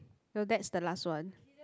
will that's the last one